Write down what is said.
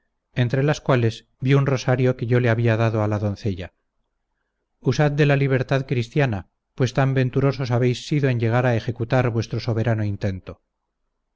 libertad tenéis y vuestras joyas de que yo he sido no poseedor sino depositario veislas aquí entre las cuales vi un rosario que yo le había dado a la doncella usad de la libertad cristiana pues tan venturosos habéis sido en llegar a ejecutar vuestro soberano intento